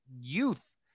youth